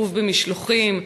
עיכוב במשלוחים,